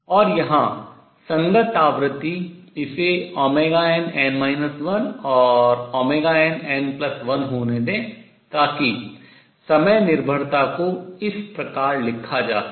और यहां संगत आवृत्ति इसे nn 1 और nn1 होने दें ताकि समय निर्भरता को इस प्रकार लिखा जा सके